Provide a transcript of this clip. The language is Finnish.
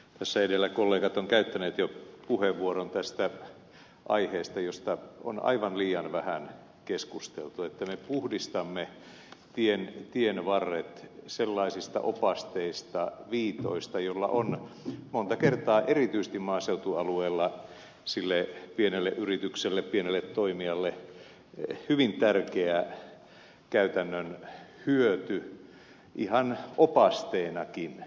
tässä edellä kollegat ovat käyttäneet jo puheenvuoron tästä aiheesta josta on aivan liian vähän keskusteltu että me puhdistamme tienvarret sellaisista opasteista viitoista joilla on monta kertaa erityisesti maaseutualueella sille pienelle yritykselle pienelle toimijalle hyvin tärkeä käytännön hyöty ihan opasteenakin